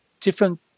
different